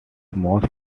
most